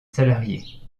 salariée